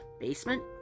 Basement